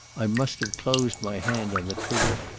i must have closed my hand on the trigger,